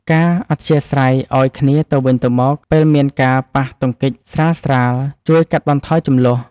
ការអធ្យាស្រ័យឱ្យគ្នាទៅវិញទៅមកពេលមានការប៉ះទង្គិចស្រាលៗជួយកាត់បន្ថយជម្លោះ។